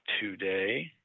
today